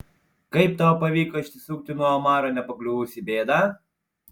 kaip tau pavyko išsisukti nuo omaro nepakliuvus į bėdą